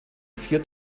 vier